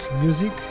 music